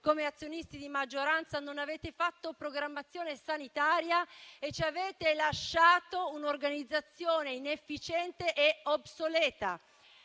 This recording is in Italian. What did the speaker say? come azionisti di maggioranza non avete fatto programmazione sanitaria e ci avete lasciato un'organizzazione inefficiente e obsoleta